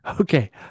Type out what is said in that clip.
okay